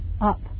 up